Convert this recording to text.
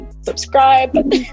subscribe